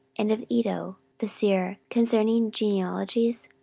and of iddo the seer concerning genealogies?